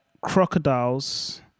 crocodiles